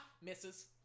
misses